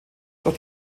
doch